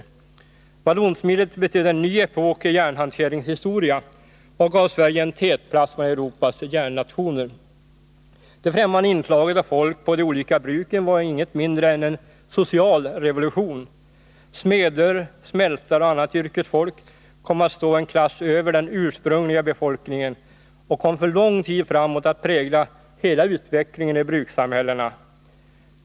Vallonsmidet betydde en ny epok i järnhanteringens historia och gav Sverige en tätplats bland Europas järnnationer. Det främmande inslaget av folk på de olika bruken var inget mindre än en social revolution. Smeder, smältare och annat yrkesfolk kom att stå en klass över den ursprungliga befolkningen och kom för lång tid framåt att prägla hela utvecklingen i brukssamhällena.